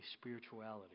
spirituality